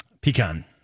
pecan